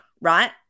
right